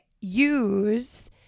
use